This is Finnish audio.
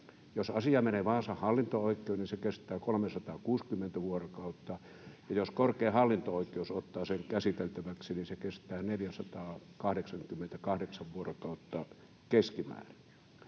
Jos asia menee Vaasan hallinto-oikeuteen, niin se kestää 360 vuorokautta, ja jos korkein hallinto-oikeus ottaa sen käsiteltäväksi, niin se kestää keskimäärin